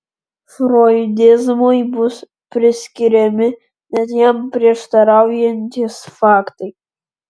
froidizmui bus priskiriami net jam prieštaraujantys faktai